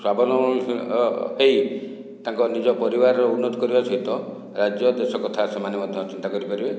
ସ୍ୱାବଲମ୍ବି ହେଇ ତାଙ୍କ ନିଜ ପରିବାରର ଉନ୍ନତି କରିବା ସହିତ ରାଜ୍ୟ ଦେଶ କଥା ସେମାନେ ମଧ୍ୟ ଚିନ୍ତା କରିପାରିବେ